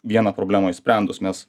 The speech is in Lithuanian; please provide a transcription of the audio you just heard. vieną problemą išsprendus mes